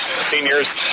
seniors